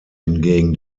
hingegen